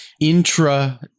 intra